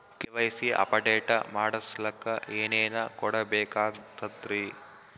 KYC update ಮಾಡಸ್ಲಕ ಏನೇನ ಕೊಡಬೇಕಾಗ್ತದ್ರಿ?